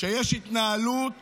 שיש התנהלות